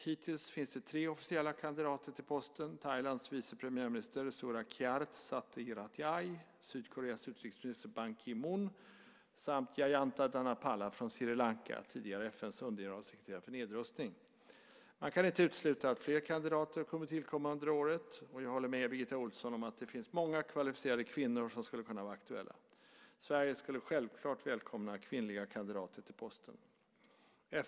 Hittills finns det tre officiella kandidater till posten: Thailands vice premiärminister Surakiart Sathirathai, Sydkoreas utrikesminister Ban Ki-moon samt Jayantha Dhanapala från Sri Lanka, tidigare FN:s undergeneralsekreterare för nedrustning. Man kan inte utesluta att fler kandidater kommer att tillkomma under året. Jag håller med Birgitta Ohlsson om att det finns många kvalificerade kvinnor som skulle kunna vara aktuella. Sverige skulle självklart välkomna kvinnliga kandidater till posten.